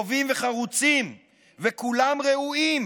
טובים וחרוצים וכולם ראויים,